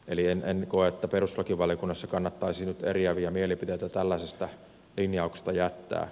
eli en koe että perustuslakivaliokunnassa kannattaisi nyt eriäviä mielipiteitä tällaisesta linjauksesta jättää